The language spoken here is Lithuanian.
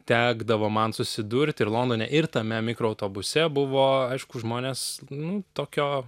tekdavo man susidurti ir londone ir tame mikroautobuse buvo aišku žmonės nu tokio